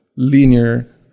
linear